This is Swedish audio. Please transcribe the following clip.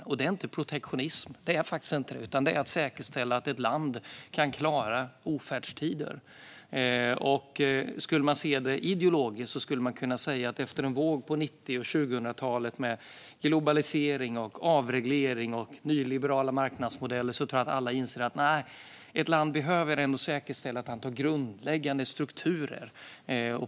Det är faktiskt inte protektionism, utan det handlar om att säkerställa att ett land kan klara ofärdstider. Skulle man se det ideologiskt skulle man kunna säga att detta kommer efter en våg med globalisering, avreglering och nyliberala marknadsmodeller på 90-talet och 2000-talet. Jag tror att alla inser att ett land ändå behöver säkerställa att det finns ett antal grundläggande strukturer.